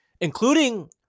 including